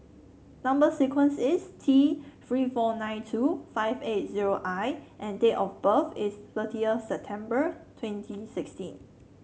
number sequence is T Three four nine two five eight zero I and date of birth is thirtieth September twenty sixteen